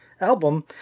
album